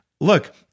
Look